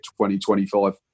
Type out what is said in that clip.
20-25